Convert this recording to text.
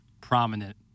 prominent